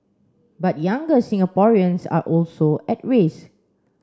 but younger Singaporeans are also at risk